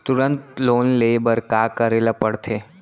तुरंत लोन ले बर का करे ला पढ़थे?